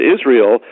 Israel